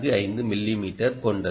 45 மிமீ கொண்டது